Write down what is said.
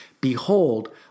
Behold